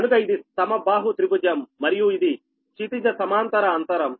కనుక ఇది సమబాహు త్రిభుజం మరియు ఇది క్షితిజ సమాంతర అంతరం